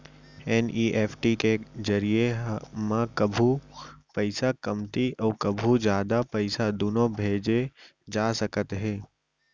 NEFT के जरिए म कभू पइसा कमती अउ कभू जादा पइसा दुनों भेजे जा सकते हे